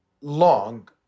long